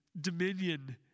dominion